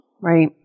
Right